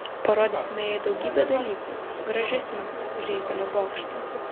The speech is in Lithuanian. parodysime jai daugybę dalykų gražesnių už eifelio bokštą